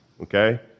okay